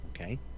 okay